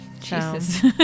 Jesus